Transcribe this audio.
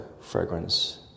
fragrance